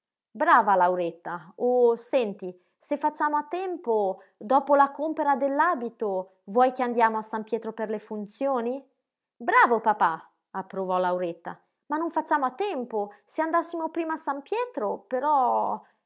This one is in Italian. brava lauretta oh senti se facciamo a tempo dopo la compera dell'abito vuoi che andiamo a san pietro per le funzioni bravo papà approvò lauretta ma non facciamo a tempo se andassimo prima a san pietro però